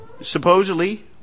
supposedly